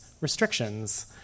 restrictions